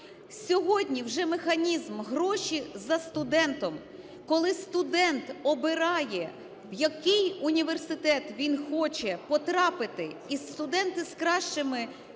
Сьогодні вже механізм "гроші за студентом", коли студент обирає, в який університет він хоче потрапити, і студенти з кращими